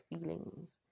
feelings